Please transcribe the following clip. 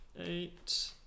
Eight